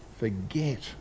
Forget